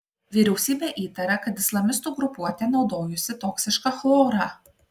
vyriausybė įtaria kad islamistų grupuotė naudojusi toksišką chlorą